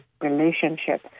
relationship